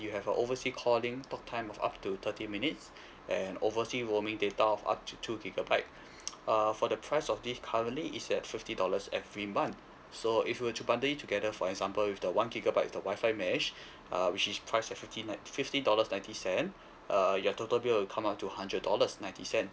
you have a oversea calling talk time of up to thirty minutes and oversee roaming data of up to two gigabyte uh for the price of this currently is at fifty dollars every month so if you were to bundle it together for example with the one gigabyte with the wi-fi mesh um which is price at fifty nine fifty dollars ninety cent uh your total bill will come up to hundred dollars ninety cents